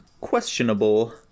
questionable